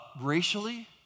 racially